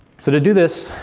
so to do this,